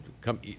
come